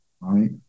right